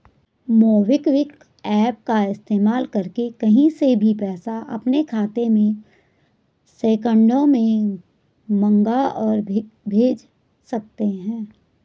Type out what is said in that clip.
MobiKwik app का इस्तेमाल करके कहीं से भी पैसा अपने खाते में सेकंडों में मंगा और भेज सकते हैं